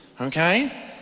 okay